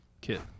kit